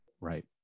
right